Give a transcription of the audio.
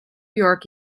york